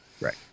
Right